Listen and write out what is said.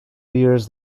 years